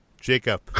Jacob